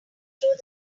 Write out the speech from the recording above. through